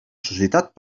societat